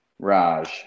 Raj